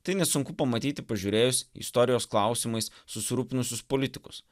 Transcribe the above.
tai nesunku pamatyti pažiūrėjus į istorijos klausimais susirūpinusius politikus